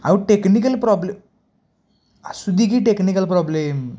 अहो technical problem असू दे की टेक्निकल प्रॉब्लेम